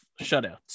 shutouts